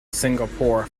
singapore